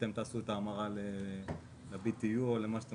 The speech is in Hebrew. אתם תעשו את ההמרה ל- BTU או למה שאתם